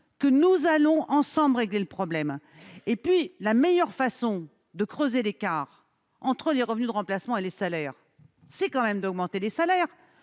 que nous réglerons ensemble le problème. Par ailleurs, la meilleure façon de creuser l'écart entre les revenus de remplacement et les salaires, c'est d'augmenter les salaires.